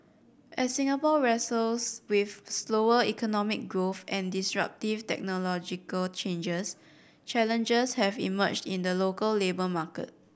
as Singapore wrestles with slower economic growth and disruptive technological changes challenges have emerged in the local labour market